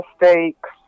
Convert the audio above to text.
mistakes